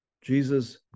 Jesus